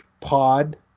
pod